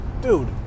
Dude